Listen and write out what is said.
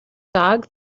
dog